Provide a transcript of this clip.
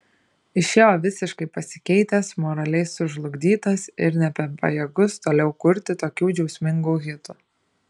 išėjo visiškai pasikeitęs moraliai sužlugdytas ir nebepajėgus toliau kurti tokių džiaugsmingų hitų